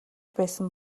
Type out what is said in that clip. байсан